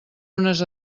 unes